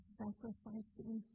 sacrificing